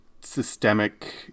systemic